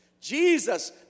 Jesus